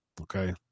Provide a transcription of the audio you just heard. Okay